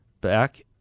back